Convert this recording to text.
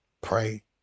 Pray